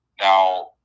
Now